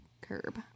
curb